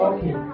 Okay